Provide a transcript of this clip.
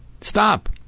stop